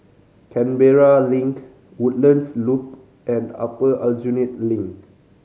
Canberra Link Woodlands Loop and Upper Aljunied Link